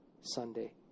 Sunday